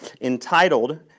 entitled